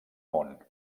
món